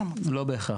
לא בהכרח.